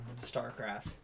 StarCraft